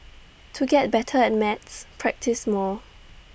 to get better at maths practise more